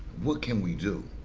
what can we do?